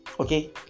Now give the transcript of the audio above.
Okay